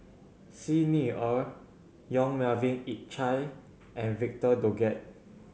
Xi Ni Er Yong Melvin Yik Chye and Victor Doggett